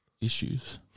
Issues